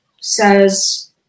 says